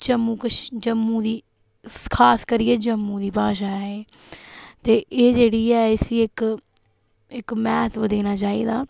जम्मू कश जम्मू दी खास करियै जम्मू दी भाशा ऐ ते एह् जेह्ड़ी ऐ इसी इक इक म्हतव देना चाहिदा